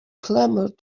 clamored